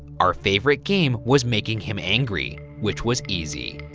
our favorite game was making him angry, which was easy.